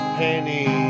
penny